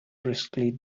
briskly